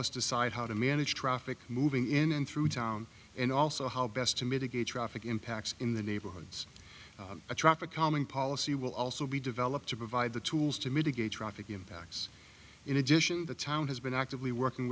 us decide how to manage traffic moving in and through town and also how best to mitigate traffic impacts in the neighborhoods a traffic calming policy will also be developed to provide the tools to mitigate traffic impacts in addition the town has been actively working